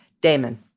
Damon